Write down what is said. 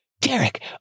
Derek